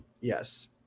Yes